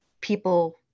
people